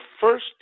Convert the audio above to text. first